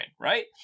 right